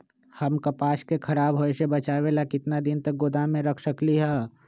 हम कपास के खराब होए से बचाबे ला कितना दिन तक गोदाम में रख सकली ह?